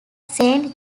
saint